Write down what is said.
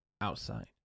outside